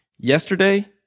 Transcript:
Yesterday